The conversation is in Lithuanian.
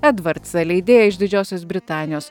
edvardsą keidėją iš didžiosios britanijos